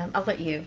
um i'll let you